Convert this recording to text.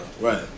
Right